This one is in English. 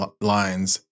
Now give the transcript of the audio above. lines